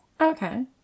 Okay